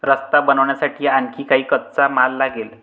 रस्ता बनवण्यासाठी आणखी काही कच्चा माल लागेल